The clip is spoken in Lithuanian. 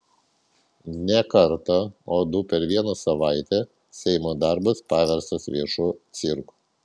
ne kartą o du per vieną savaitę seimo darbas paverstas viešu cirku